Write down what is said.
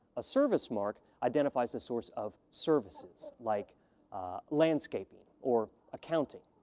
a service mark identifies the source of services, like landscaping or accounting.